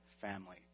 family